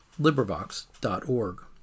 LibriVox.org